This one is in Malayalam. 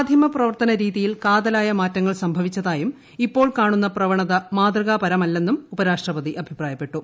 മാധ്യമ പ്രവർത്തന രീതിയിൽ കാതലായ മാറ്റങ്ങൾ സംഭവിച്ചതായും ഇപ്പോൾ കാണുന്ന പ്രവ ണത മാതൃകാപരമല്ലെന്നും ഉപരാഷ്ട്രപതി അഭിപ്രായപ്പെട്ടു